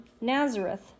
Nazareth